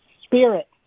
spirit